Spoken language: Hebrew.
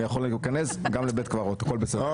אני יכול להיכנס גם לבית קברות, הכול בסדר.